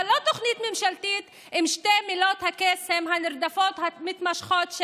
אבל לא תוכנית ממשלתית עם שתי מילות הקסם הנרדפות המתמשכות: